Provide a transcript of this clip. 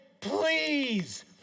please